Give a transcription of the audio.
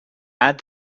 add